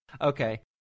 Okay